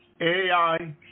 AI